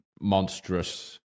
monstrous